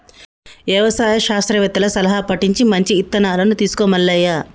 యవసాయ శాస్త్రవేత్తల సలహా పటించి మంచి ఇత్తనాలను తీసుకో మల్లయ్య